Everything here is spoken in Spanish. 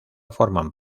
forman